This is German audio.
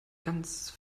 ganz